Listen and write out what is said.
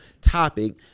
topic